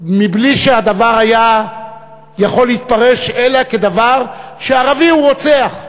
בלי שהדבר היה יכול להתפרש אלא שערבי הוא רוצח,